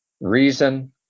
reason